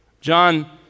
John